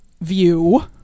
view